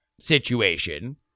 situation